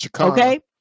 Okay